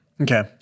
Okay